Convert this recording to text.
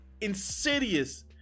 insidious